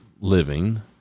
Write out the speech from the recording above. living